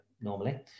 normally